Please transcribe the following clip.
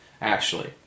Ashley